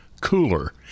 cooler